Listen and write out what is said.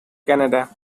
canada